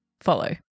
follow